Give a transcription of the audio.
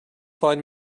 find